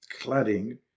cladding